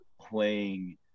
playing